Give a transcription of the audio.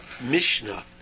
Mishnah